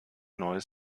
neues